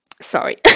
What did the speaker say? sorry